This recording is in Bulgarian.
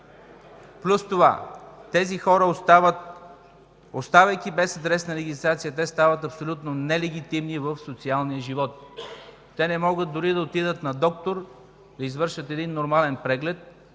Плюс това, оставайки без адресна регистрация, тези хора стават абсолютно нелегитимни в социалния живот. Не могат дори да отидат на лекар, за да извършат нормален преглед,